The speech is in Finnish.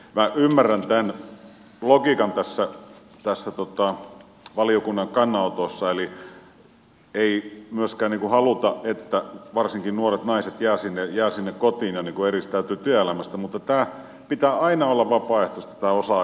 minä ymmärrän tämän logiikan tässä valiokunnan kannanotossa eli ei myöskään haluta että varsinkaan nuoret naiset jäävät sinne kotiin ja eristäytyvät työelämästä mutta tämän pitää aina olla vapaa ja pääosaa